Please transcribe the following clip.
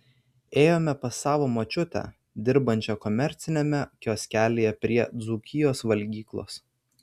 ėjome pas savo močiutę dirbančią komerciniame kioskelyje prie dzūkijos valgyklos